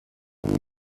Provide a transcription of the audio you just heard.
خانم